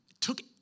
took